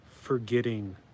forgetting